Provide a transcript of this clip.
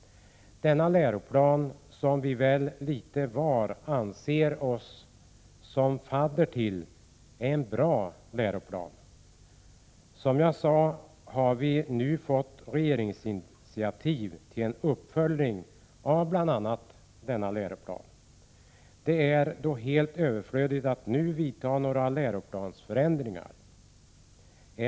Denna läroplan, som vi väl litet var anser oss som fadder till, är en bra läroplan. Som jag sade tidigare har det nu tagits regeringsinitiativ till en uppföljning av bl.a. denna läroplan. Det är då helt överflödigt att nu göra några läroplansändringar.